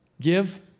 Give